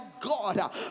God